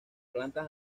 plantas